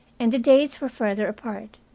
and the dates were further apart.